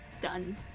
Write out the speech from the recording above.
done